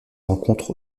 rencontre